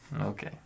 Okay